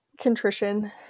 contrition